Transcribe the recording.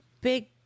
Big